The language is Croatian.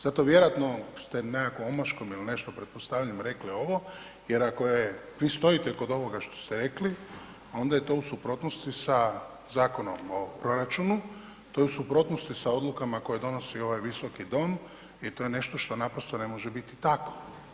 Zato vjerojatno ste nekakvom omaškom ili nešto, pretpostavljam rekli ovo jer ako je, vi stojite kog ovoga što ste rekli, onda je to u suprotnosti sa Zakonom o proračunu, to je u suprotnosti sa odlukama koje donosi ovaj Visoki dom i to je nešto što naprosto ne može biti tako.